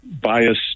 bias